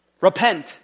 Repent